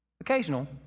occasional